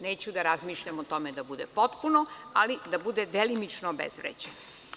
Neću da razmišljam o tome da bude potpuno, ali da bude delimično obezvređen.